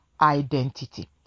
identity